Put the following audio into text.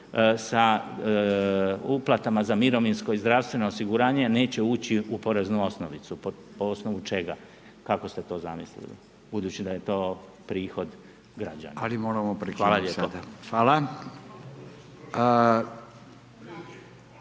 sa uplata za mirovinsko i zdravstveno osiguranje neće ući u poreznu osnovicu. Po osnovu čega? Kako ste to zamislili budući da je to prohod građana? Hvala lijepo. **Radin,